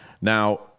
Now